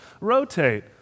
rotate